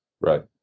Right